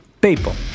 People